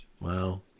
Wow